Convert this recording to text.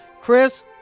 Chris